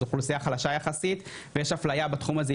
זו אוכלוסייה חלשה יחסית ויש אפליה בתחום הזה,